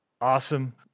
Awesome